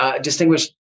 Distinguished